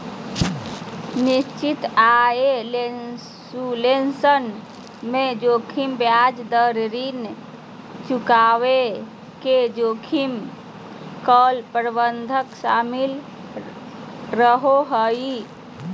निश्चित आय विश्लेषण मे जोखिम ब्याज दर, ऋण चुकाबे के जोखिम, कॉल प्रावधान शामिल रहो हय